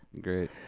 Great